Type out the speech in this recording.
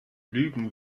lügen